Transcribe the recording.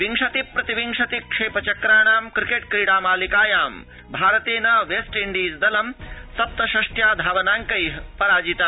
विंशति प्रतिविंशति क्षेप चक्राणां क्रिकेट् क्रीडा मालिकायां भारतेन वेस्ट इण्डीज दलं सप्त षष्ट्या धावनांकै पराजितम्